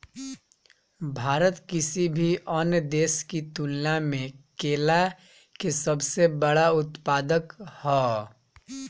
भारत किसी भी अन्य देश की तुलना में केला के सबसे बड़ा उत्पादक ह